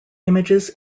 images